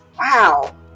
wow